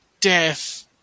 death